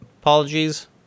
Apologies